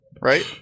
Right